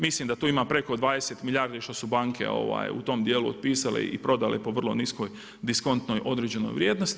Mislim da tu ima preko 20 milijardi što su banke u tom dijelu otpisale i prodale po vrlo niskoj diskontnoj određenoj vrijednosti.